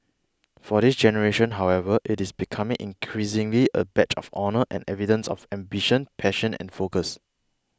for this generation however it is becoming increasingly a badge of honour and evidence of ambition passion and focus